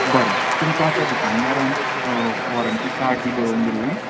बरें तुमकां त्या दुकानदारान वॉरंटी कार्ड बी बरोवन दिल्ले